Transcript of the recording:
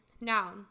Now